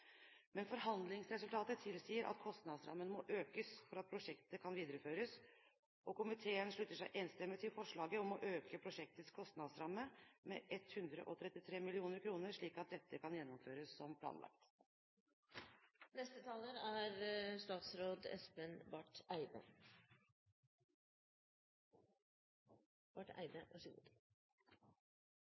Men forhandlingsresultatet tilsier at kostnadsrammen må økes for at prosjektet kan videreføres, og komiteen slutter seg enstemmig til forslaget om å øke prosjektets kostnadsramme med 133 mill. kr, slik at dette kan gjennomføres som planlagt.